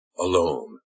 alone